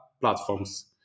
platforms